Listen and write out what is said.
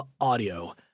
audio